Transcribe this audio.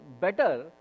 better